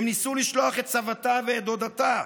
הם ניסו לשלוח את סבתה ואת דודתה,